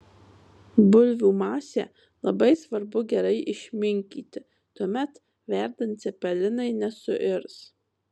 bulvių masę labai svarbu gerai išminkyti tuomet verdant cepelinai nesuirs